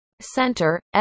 Center